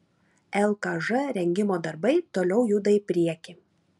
lkž rengimo darbai toliau juda į priekį